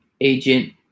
agent